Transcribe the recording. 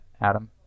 adam